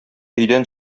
өйдән